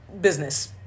business